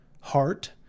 heart